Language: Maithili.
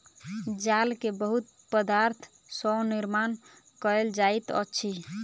जाल के बहुत पदार्थ सॅ निर्माण कयल जाइत अछि